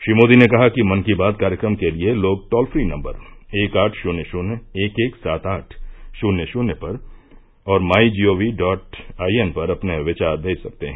श्री मोदी ने कहा कि मन की बात कार्यक्रम के लिए लोग टोल फ्री नम्बर एक आठ शून्य शून्य एक एक सात आठ शून्य शून्य पर और my G O V dot I N पर अपने विचार भेज सकते हैं